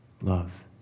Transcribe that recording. love